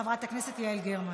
חברת הכנסת יעל גרמן.